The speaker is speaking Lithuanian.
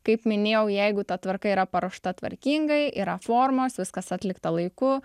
kaip minėjau jeigu ta tvarka yra paruošta tvarkingai yra formos viskas atlikta laiku